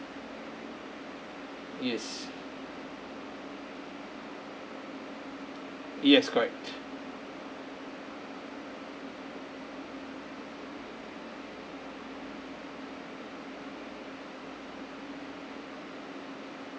yes yes correct